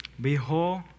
Behold